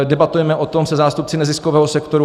Debatujeme o tom se zástupci neziskového sektoru.